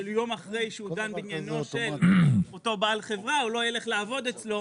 שיום אחרי שהוא דן בעניינו של אותו בעל חברה הוא לא יילך לעבוד אצלו.